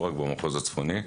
לא רק במחוז הצפוני,